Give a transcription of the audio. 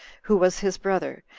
who was his brother,